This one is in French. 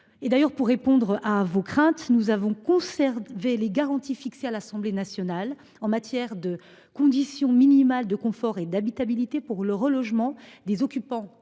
sénatrices, pour répondre à vos craintes, la commission a conservé les garanties fixées par l’Assemblée nationale en matière de conditions minimales de confort et d’habitabilité pour le relogement des occupants